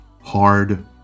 Hard